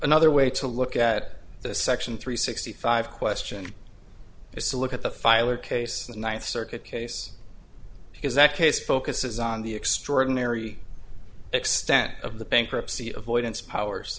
another way to look at the section three sixty five question is to look at the filer case the ninth circuit case because that case focuses on the extraordinary extent of the bankruptcy avoidance powers